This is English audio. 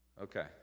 Okay